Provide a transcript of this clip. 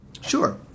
Sure